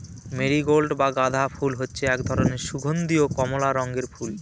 marigold বা গাঁদা ফুল হচ্ছে এক ধরনের সুগন্ধীয় কমলা রঙের ফুল